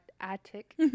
attic